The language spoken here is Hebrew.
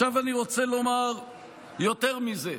עכשיו אני רוצה לומר יותר מזה,